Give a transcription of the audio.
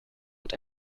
und